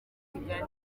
kigali